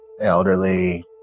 Elderly